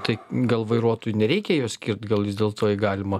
tai gal vairuotoju nereikia jo skirt gal vis dėlto jį galima